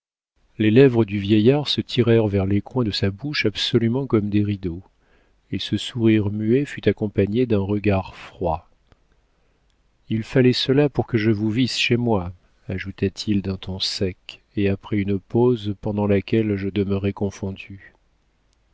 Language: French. les lèvres du vieillard se tirèrent vers les coins de sa bouche absolument comme des rideaux et ce sourire muet fut accompagné d'un regard froid il fallait cela pour que je vous visse chez moi ajouta-t-il d'un ton sec et après une pause pendant laquelle je demeurai confondu